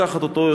לוקחת אותו,